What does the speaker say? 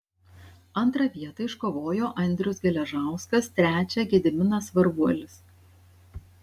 antrą vietą iškovojo andrius geležauskas trečią gediminas varvuolis